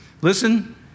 listen